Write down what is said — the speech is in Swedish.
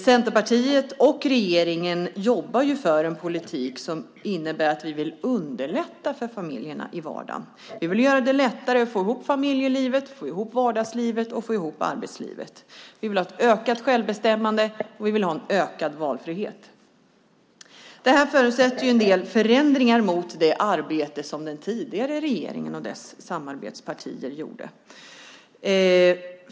Centerpartiet och regeringen jobbar för en politik innebärande att vi vill underlätta för familjerna i vardagen. Vi vill göra det lättare att få ihop familjelivet, få ihop vardagslivet och få ihop arbetslivet. Vi vill ha ett ökat självbestämmande, och vi vill ha ökad valfrihet. Det här förutsätter en del förändringar i förhållande till det arbete som den tidigare regeringen och dess samarbetspartier gjorde.